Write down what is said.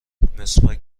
مسواک